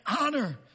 honor